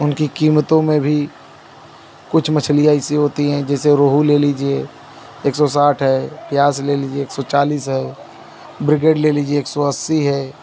उनकी क़ीमतों में भी कुछ मछली ऐसी होती हैं जैसे रोहू ले लीजिए एक सौ साठ है प्यासी ले लीजिए एक सौ चालीस है ब्रिगेड ले लीजिए एक सौ अस्सी है